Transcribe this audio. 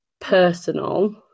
personal